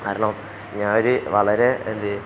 കാരണം ഞാൻ ഒരു വളരെ എന്ത്